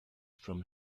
from